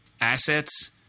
assets